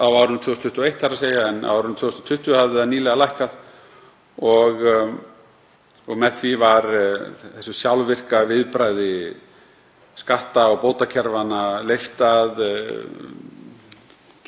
á árinu 2021 en á árinu 2020 hafði það nýlega lækkað. Með því var þessu sjálfvirka viðbragði skatt- og bótakerfanna leyft að